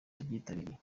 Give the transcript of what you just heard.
waryitabiriye